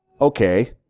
okay